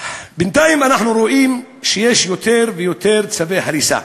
בינתיים אנחנו רואים שיש יותר ויותר צווי הריסה.